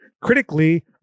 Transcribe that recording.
critically